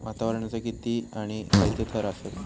वातावरणाचे किती आणि खैयचे थर आसत?